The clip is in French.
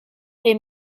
est